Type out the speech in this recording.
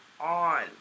on